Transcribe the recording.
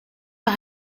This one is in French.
par